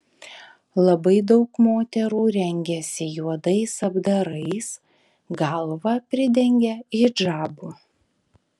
labai daug moterų rengiasi juodais apdarais galvą pridengia hidžabu